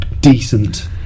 decent